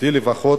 אותי לפחות,